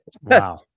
Wow